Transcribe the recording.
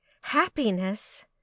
Happiness